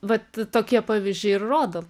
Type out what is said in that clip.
vat tokie pavyzdžiai ir rodo